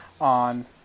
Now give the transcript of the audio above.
on